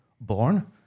Born